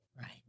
Right